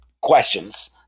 questions